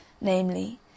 namely